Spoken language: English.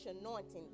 anointing